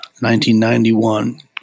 1991